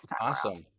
Awesome